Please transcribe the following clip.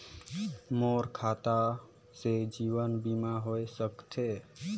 मोर खाता से जीवन बीमा होए सकथे?